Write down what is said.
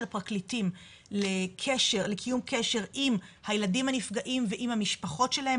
הפרקליטים לקיום קשר עם הילדים הנפגעים ועם המשפחות שלהם